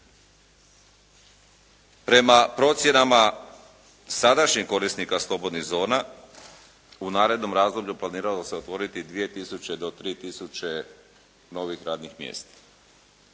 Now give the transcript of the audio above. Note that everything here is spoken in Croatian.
Prema procjenama sadašnjeg korisnika slobodnih zona u narednom razdoblju planiralo se otvoriti 2000 do 3000 novih radnih mjesta.